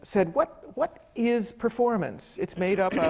said, what what is performance? it's made up